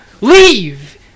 Leave